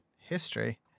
history